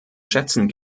schätzen